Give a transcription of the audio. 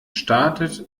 startet